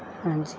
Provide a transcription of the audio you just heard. ਹਾਂਜੀ